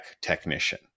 technician